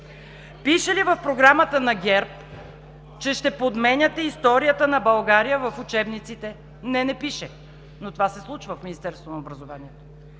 Пише ли в Програмата на ГЕРБ, че ще подменяте историята на България в учебниците? Не, не пише, но това се случва в Министерството на образованието.